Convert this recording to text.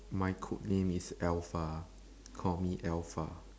my code name is alpha call me alpha